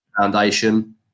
foundation